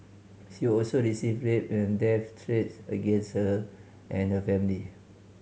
she also received rape and death threats against her and her family